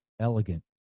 Elegant